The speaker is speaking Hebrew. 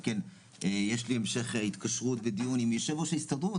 יש לי המשך התקשרות ודיון עם יושב-ראש ההסתדרות,